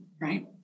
right